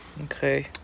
Okay